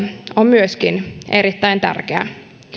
on myöskin erittäin tärkeä